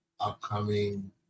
upcoming